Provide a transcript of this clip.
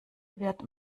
wird